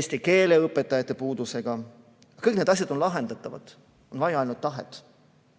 eesti keele õpetajate puudusega. Kõik need asjad on lahendatavad. Vaja on ainult tahet,